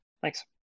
Thanks